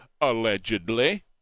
allegedly